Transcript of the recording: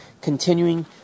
continuing